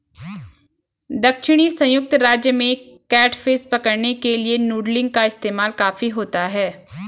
दक्षिणी संयुक्त राज्य में कैटफिश पकड़ने के लिए नूडलिंग का इस्तेमाल काफी होता है